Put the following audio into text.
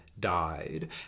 died